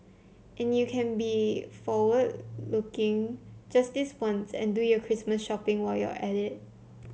and you can be forward looking just this once and do your Christmas shopping while you're at it